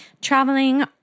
traveling